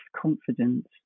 confidence